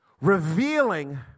revealing